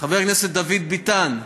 חבר הכנסת דוד ביטן,